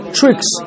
tricks